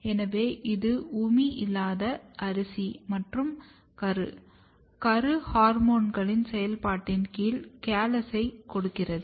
எனவே இது உமி இல்லாத அரிசி மற்றும் கரு கரு ஹார்மோன்களின் செயல்பாட்டின் கீழ் கேலஸைக் கொடுக்கிறது